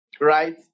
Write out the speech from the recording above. right